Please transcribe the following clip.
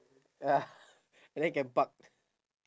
ya and then can park